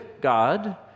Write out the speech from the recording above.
God